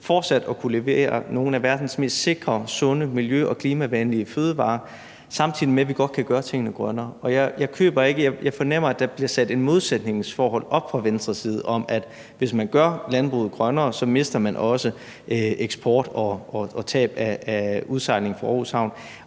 fortsat at kunne levere nogle af verdens mest sikre, sunde, miljø- og klimavenlige fødevarer, samtidig med at vi godt kan gøre tingene grønnere. Og jeg fornemmer, at der bliver sat et modsætningsforhold op fra Venstres side om, at hvis man gør landbruget grønnere, mister man også eksport og tab af udsejling fra Aarhus Havn.